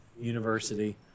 University